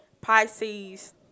Pisces